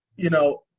you know,